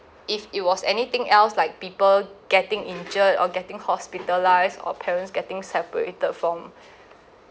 if it was anything else like people getting injured or getting hospitalised or parents getting separated from